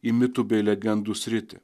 į mitų bei legendų sritį